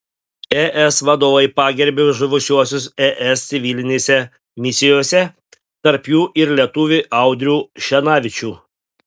es vadovai pagerbė žuvusiuosius es civilinėse misijose tarp jų ir lietuvį audrių šenavičių